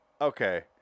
okay